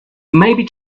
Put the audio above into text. maybe